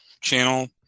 channel